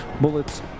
bullets